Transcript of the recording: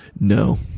no